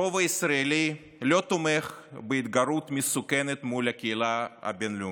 הרוב הישראלי לא תומך בהתגרות מסוכנת מול הקהילה הבין-לאומית,